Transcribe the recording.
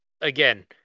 again